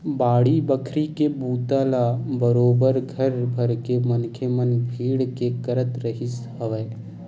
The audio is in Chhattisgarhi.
बाड़ी बखरी के बूता ल बरोबर घर भरके मनखे मन भीड़ के करत रिहिस हवय